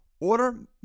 Order